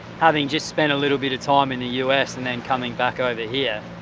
having just spent a little but time in the us and then coming back over here.